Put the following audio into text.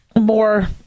more